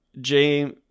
James